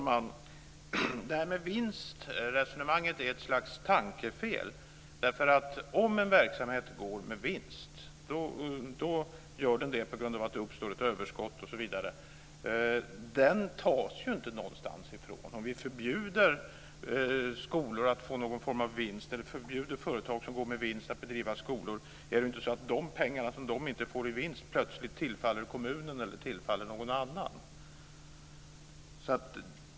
Fru talman! Vinstresonemanget är ett slags tankefel. Om en verksamhet går med vinst uppstår ett överskott. Det tas inte från någonstans. Om vi förbjuder skolor att få någon form av vinst, eller förbjuder företag som går med vinst att bedriva skolor, tillfaller inte de pengar som de inte får i vinst plötsligt kommunen eller någon annan.